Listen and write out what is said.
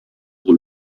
pour